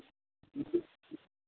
जी